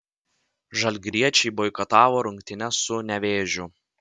žalgiriečiai boikotavo rungtynes su nevėžiu